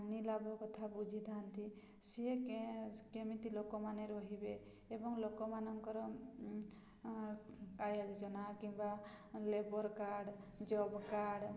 ହାନିଲାଭ କଥା ବୁଝିଥାନ୍ତି ସିଏ କେମିତି ଲୋକମାନେ ରହିବେ ଏବଂ ଲୋକମାନଙ୍କର କାଳିଆ ଯୋଜନା କିମ୍ବା ଲେବର୍ କାର୍ଡ଼ ଜବ୍ କାର୍ଡ଼